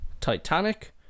Titanic